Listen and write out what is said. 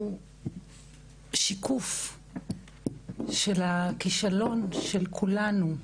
שיקוף של הכישלון של כולנו.